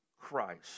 Christ